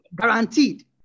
guaranteed